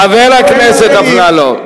חבר הכנסת אפללו.